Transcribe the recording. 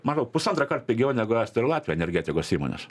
madaug pusantro kart pigiau negu estai ir latviai energetikos įmonės